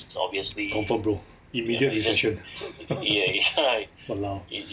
confirm bro immediate recession !walao!